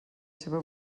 seva